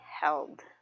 held